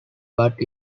but